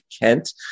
Kent